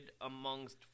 amongst